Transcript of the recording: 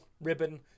ribbon